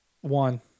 one